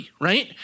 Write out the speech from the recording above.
right